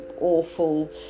awful